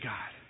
God